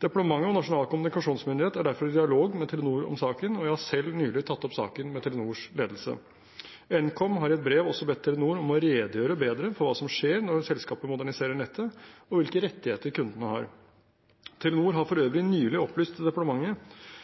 Departementet og Nasjonal kommunikasjonsmyndighet, Nkom, er derfor i dialog med Telenor om saken, og jeg har selv nylig tatt opp saken med Telenors ledelse. Nkom har i et brev også bedt Telenor om å redegjøre bedre for hva som skjer når selskapet moderniserer nettet, og hvilke rettigheter kundene har. Telenor har for øvrig nylig opplyst til departementet